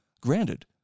granted